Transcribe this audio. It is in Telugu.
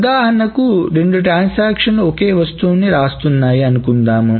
ఉదాహరణకి రెండు ట్రాన్సాక్షన్లు ఒకే వస్తువుని రాస్తున్నాయి అనుకుందాం